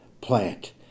plant